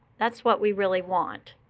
that's what we really want.